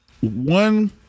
one